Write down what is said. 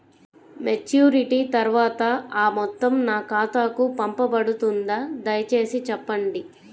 Maturity తర్వాత ఆ మొత్తం నా ఖాతాకు పంపబడుతుందా? దయచేసి చెప్పండి?